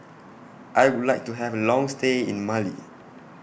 I Would like to Have A Long stay in Mali